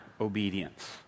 obedience